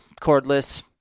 cordless